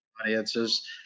audiences